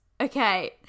Okay